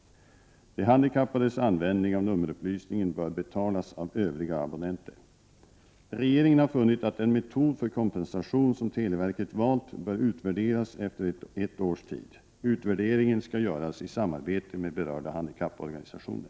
De handikappades användning av nummerupplysningen bör betalas av övriga abonnenter. Regeringen har funnit att den metod för kompensation som televerket valt bör utvärderas efter ett års tid. Utvärderingen skall göras i samarbete med berörda handikapporganisationer.